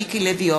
מיקי לוי,